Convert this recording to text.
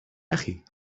أخي